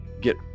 get